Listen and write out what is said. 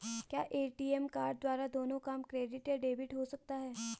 क्या ATM card द्वारा दोनों काम क्रेडिट या डेबिट हो सकता है?